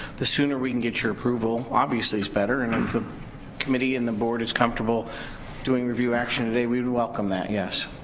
the sooner we can get your approval obviously is better and if um the committee and the board is comfortable doing review action today we welcome that, yes.